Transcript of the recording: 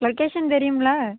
location தெரியும்லே